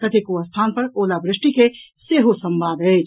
कतेको स्थान पर ओलावृष्टि के सेहो संवाद अछि